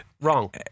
Wrong